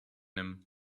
him